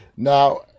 Now